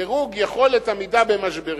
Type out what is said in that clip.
דירוג יכולת עמידה במשברים.